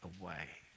away